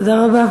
תודה רבה.